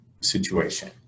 situation